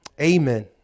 Amen